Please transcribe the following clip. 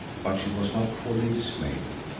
but she was not wholly dismayed.